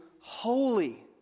holy